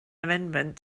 amendment